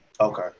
Okay